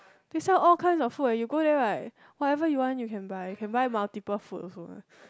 they sell all kinds of food eh you go there like whatever you want you can buy you can buy multiple food also